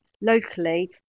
locally